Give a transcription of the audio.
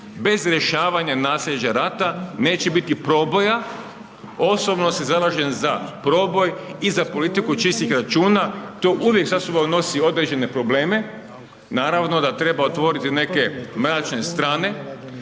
bez rješavanje, naslijeđa rata, neće biti proboja. Osobno se zalažem za proboj i za politiku čistih računa. To uvijek sa sobom nosi određene probleme. Naravno da treba otvoriti neke mračne strane